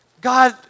God